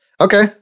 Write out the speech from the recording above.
Okay